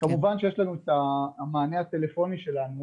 כמובן שיש לנו את המענה הטלפוני שלנו,